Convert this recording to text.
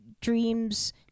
dreams